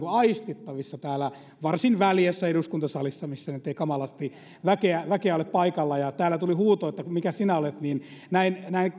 aistittavissa täällä varsin väljässä eduskuntasalissa missä nyt ei kamalasti väkeä ole paikalla täällä tuli huuto että mikä sinä olet näin